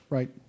Right